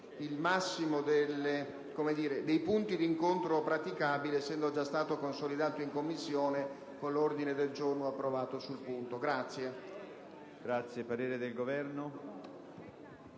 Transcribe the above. Il massimo dei punti d'incontro praticabile è già stato consolidato in Commissione con l'ordine del giorno approvato in quella sede.